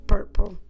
Purple